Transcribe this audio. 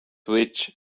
witch